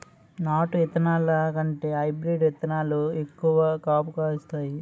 నాటు ఇత్తనాల కంటే హైబ్రీడ్ ఇత్తనాలు ఎక్కువ కాపు ఇత్తాయి